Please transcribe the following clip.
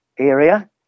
area